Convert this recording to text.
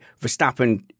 Verstappen